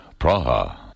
Praha